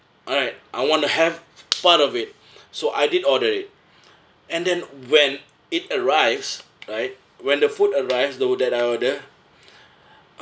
alright I want to have part of it so I did order it and then when it arrives right when the food arrives though that I order